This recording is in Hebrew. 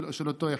של אותו אחד.